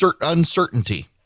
uncertainty